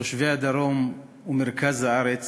לתושבי הדרום ומרכז הארץ